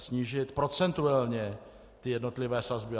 Snížit procentuálně jednotlivé sazby.